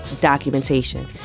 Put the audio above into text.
Documentation